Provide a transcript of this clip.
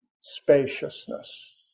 spaciousness